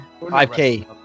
5k